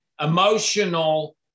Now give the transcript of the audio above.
emotional